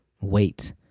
wait